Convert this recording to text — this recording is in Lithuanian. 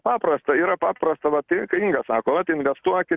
paprasta yra paprasta vat ir kai inga sakot investuokit